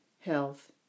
health